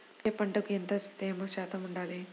ఏ పంటకు ఎంత తేమ శాతం ఉండాలి?